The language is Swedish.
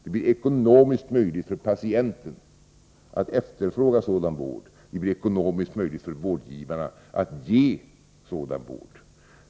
Det blir ekonomiskt möjligt för patienten att efterfråga sådan vård. Det blir också ekonomiskt möjligt för vårdgivarna att ge sådan vård.